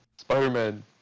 Spider-Man